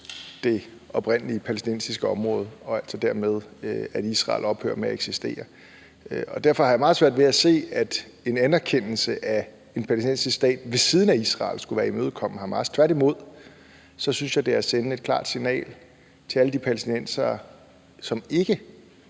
det oprindelige palæstinensiske område og altså dermed, at Israel ophører med at eksistere, og derfor har jeg meget svært ved at se, at en anerkendelse af en palæstinensisk stat ved siden af Israel skulle være at imødekomme Hamas. Tværtimod synes jeg, det er at sende et klart signal til alle de palæstinensere, som ikke